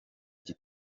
iki